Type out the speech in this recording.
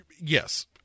yes